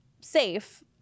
safe